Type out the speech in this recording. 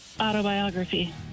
Autobiography